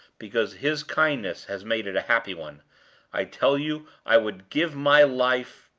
because his kindness has made it a happy one i tell you i would give my life